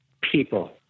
people